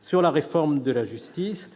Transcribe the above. sur la réforme de la justice.